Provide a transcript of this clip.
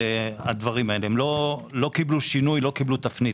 הם לא קיבלו תפנית.